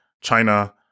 China